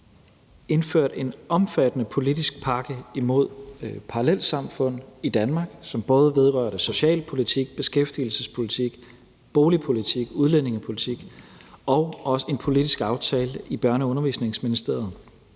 indført en omfattende politisk pakke imod parallelsamfund i Danmark, som både vedrørte socialpolitik, beskæftigelsespolitik, boligpolitik og udlændingepolitik og også en politisk aftale i Børne- og Undervisningsministeriets